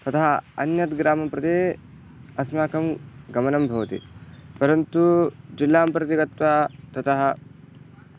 तथा अन्यद्ग्रामं प्रति अस्माकं गमनं भवति परन्तु जिल्लां प्रति गत्वा ततः